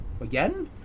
Again